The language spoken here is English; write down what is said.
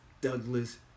Douglas